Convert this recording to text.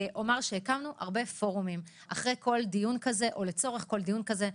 הקמנו הרבה פורומים אחרי כל דיון כזה או לצורך כל דיון כזה.